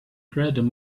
gradual